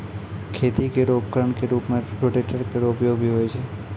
खेती केरो उपकरण क रूपों में रोटेटर केरो उपयोग भी होय छै